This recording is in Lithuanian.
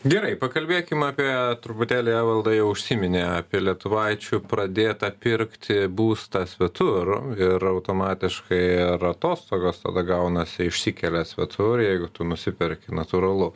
gerai pakalbėkim apie truputėlį evalda jau užsiminė apie lietuvaičių pradėtą pirkti būstą svetur ir automatiškai ir atostogos tada gaunasi išsikelia svetur jeigu tu nusiperki natūralu